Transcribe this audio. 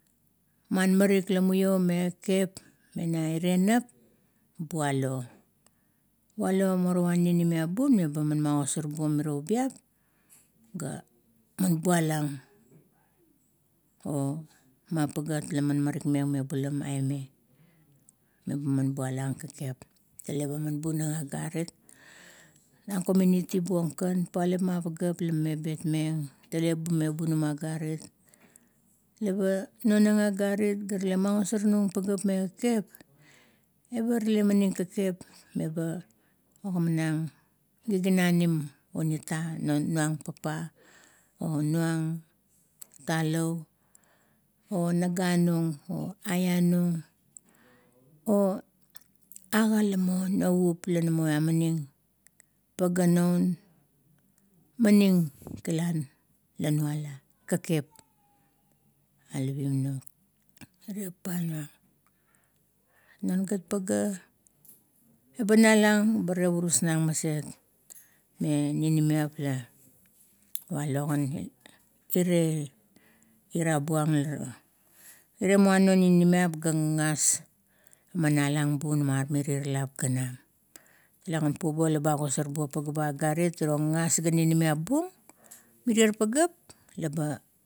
Man marik lamuo e kekep, naire nap bualo. Walo morowa ninimiap bun meba man magosor buong mero ubiap ga bualang. Omapaget laman marik meng me bulam aime, me ba man bualang kekep. Tale man bunang agarit. Na komiuniti buong kan, popot ma pageap la mime beteng, tale me bunama agarit la ba nonang agarit faral magasor nung pageap me kekep. Barak maning kekep meba ogamanang giginanim un ita nuang papa, a nung talau, o nga nung, o aianung, o aga lamo noup, lanamo amaning pagea naun maning kilan la nuala kekep, alivim nung ire pepanung. Non gat pagea eba nalang ba tevurus nang maset, me ninimiap la walo gan ire ira buong. Ire muana ogagas ga ninimiap laman alang bun mamirie lap ganam, tale gan pubuo la be agosor buong pagea ba agarit, iro gagas ga ninimiap buong, merier pagea leba.